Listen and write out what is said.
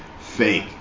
Fake